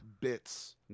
bits